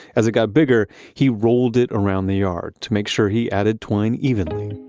as it got bigger, he rolled it around the yard to make sure he added twine evenly,